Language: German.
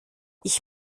ich